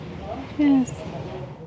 Yes